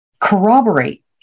corroborate